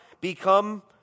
become